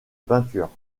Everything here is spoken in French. peinture